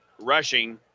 rushing